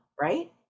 right